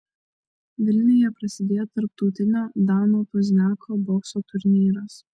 vilniuje prasidėjo tarptautinis dano pozniako bokso turnyras